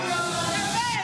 באמת.